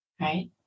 right